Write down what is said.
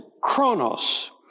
Chronos